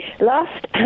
Last